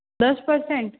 दस परसेंट